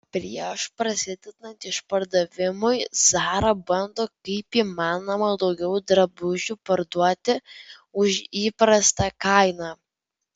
prieš prasidedant išpardavimui zara bando kaip įmanoma daugiau drabužių parduoti už įprastą kainą